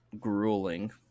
grueling